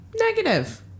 negative